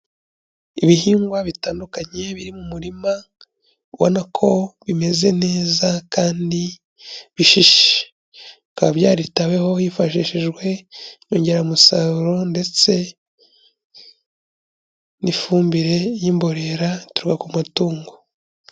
Ibihingwa bitandukanye biri mu murima, ubona ko bimeze neza kandi bishishe, bikaba byaritaweho hifashishijwe inyongeramusaruro ndetse n'ifumbire y'imborera ituruka ku matungo.